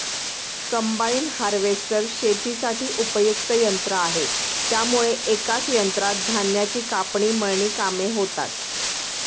combine harvester शेतीसाठी उपयुक्त यंत्र आहे त्यामुळे एकाच यंत्रात धान्याची कापणी, मळणी कामे होतात